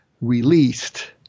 released